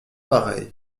pareil